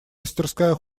мастерская